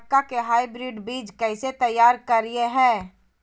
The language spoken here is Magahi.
मक्का के हाइब्रिड बीज कैसे तैयार करय हैय?